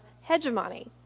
hegemony